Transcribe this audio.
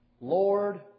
Lord